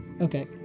Okay